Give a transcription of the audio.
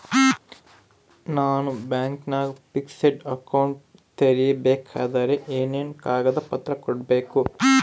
ನಾನು ಬ್ಯಾಂಕಿನಾಗ fixed account ತೆರಿಬೇಕಾದರೆ ಏನೇನು ಕಾಗದ ಪತ್ರ ಕೊಡ್ಬೇಕು?